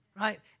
right